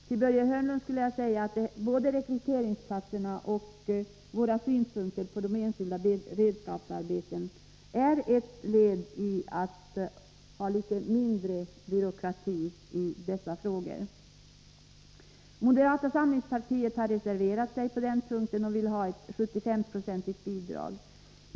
Till Börje Hörnlund vill jag säga att våra förslag när det gäller rekryteringsplatserna och de enskilda beredskapsarbetena är ett led i vår strävan att ha mindre byråkrati i dessa hänseenden. Moderata samlingspartiet har reserverat sig på denna punkt och vill ha ett 75-procentigt bidrag.